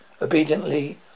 Obediently